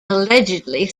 allegedly